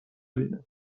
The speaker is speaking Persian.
بیینم